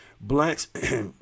blacks